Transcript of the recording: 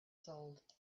sold